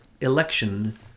election